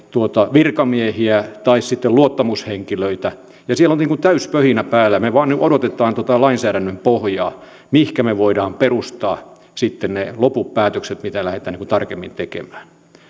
virkamiehiä tai sitten luottamushenkilöitä ja siellä on niin kuin täysi pöhinä päällä me vain odotamme tuota lainsäädännön pohjaa mihin me voimme perustaa sitten ne loput päätökset mitä lähdetään tarkemmin tekemään